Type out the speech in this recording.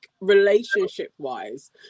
relationship-wise